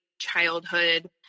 Childhood